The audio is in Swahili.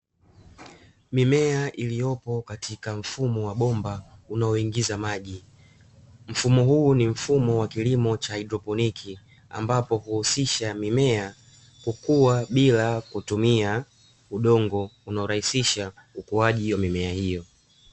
Mimea iliyopo katika mfumo wa bomba unaoingiza maji, mfumo huu ni mfumo wa kilimo cha haidroponi ambapo huhusisha mimea kukua bila kutumia udongo unaorahisisha ukuaji wa mimea hiyo.